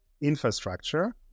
infrastructure